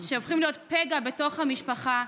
שהופכים להיות פגע בתוך המשפחה,